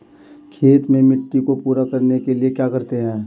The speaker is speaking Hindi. खेत में मिट्टी को पूरा करने के लिए क्या करते हैं?